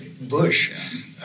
Bush